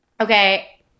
Okay